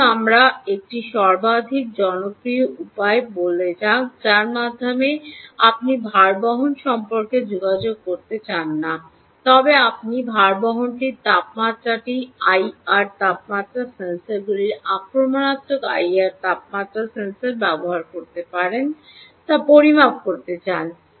আসুন আমরা একটি সর্বাধিক জনপ্রিয় উপায় বলতে যাক যার মাধ্যমে আপনি ভারবহন সম্পর্কে যোগাযোগ করতে চান না তবে আপনি ভারবহনটির তাপমাত্রাটি আইআর তাপমাত্রা সেন্সরগুলি আক্রমণাত্মক আইআর তাপমাত্রা সেন্সর ব্যবহার করতে পারেন তা পরিমাপ করতে চান